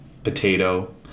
potato